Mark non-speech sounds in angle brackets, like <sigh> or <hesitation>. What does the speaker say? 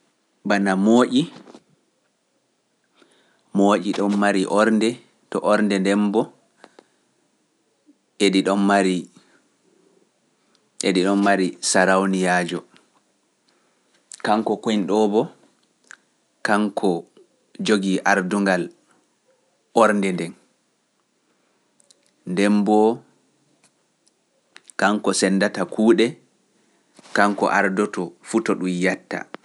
bana mooƴi, mooƴi ɗon mari ornde to ornde nden mbo, edi ɗon mari sarawniyaajo, kanko <hesitation> mbo, kanko jogii ardungal ornde nden, nden mbo kanko sendata kuuɗe, kanko ardoto fu to ɗum yetta.